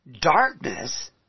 darkness